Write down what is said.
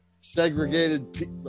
segregated